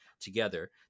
together